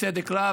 בצדק רב,